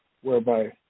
whereby